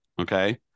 okay